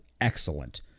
excellent